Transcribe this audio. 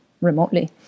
remotely